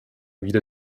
wieder